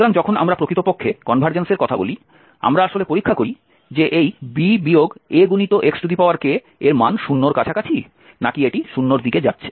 সুতরাং যখন আমরা প্রকৃতপক্ষে কনভারজেন্সের কথা বলি আমরা আসলে পরীক্ষা করি যে এই b Axk এর মান 0 এর কাছাকাছি নাকি এটি 0 এর দিকে যাচ্ছে